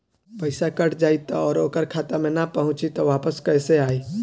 पईसा कट जाई और ओकर खाता मे ना पहुंची त वापस कैसे आई?